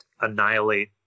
annihilate